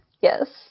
Yes